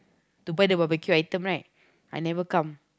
to buy the barbecue item right I never come